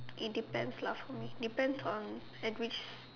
it depends lah for me depends on at which